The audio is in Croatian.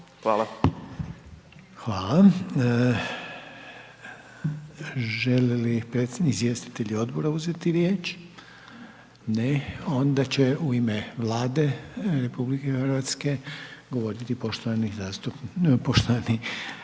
(HDZ)** Hvala. Želi li izvjestitelji odbora uzeti riječ? Ne. Onda će u ime Vlade RH govoriti poštovani državni